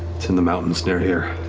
it's in the mountains near here.